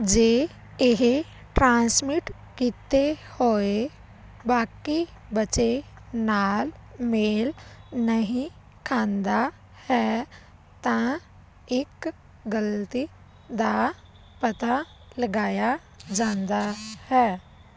ਜੇ ਇਹ ਟ੍ਰਾਂਸਮਿਟ ਕੀਤੇ ਹੋਏ ਬਾਕੀ ਬਚੇ ਨਾਲ ਮੇਲ ਨਹੀਂ ਖਾਂਦਾ ਹੈ ਤਾਂ ਇੱਕ ਗਲਤੀ ਦਾ ਪਤਾ ਲਗਾਇਆ ਜਾਂਦਾ ਹੈ